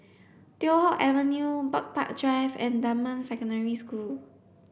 Teow Hock Avenue Bird Park Drive and Dunman Secondary School